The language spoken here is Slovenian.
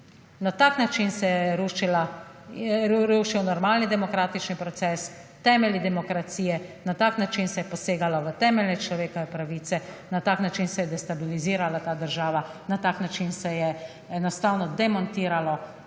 Na tak način se je rušil normalni demokratični proces, temelji demokracije, na tak način se je posegalo v temeljne človekove pravice, na tak način se je destabilizirala ta država, na tak način se je enostavno demontiralo družbene podsisteme